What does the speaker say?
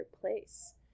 place